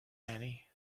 annie